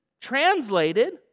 translated